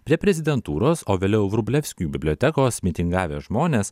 prie prezidentūros o vėliau vrublevskių bibliotekos mitingavę žmonės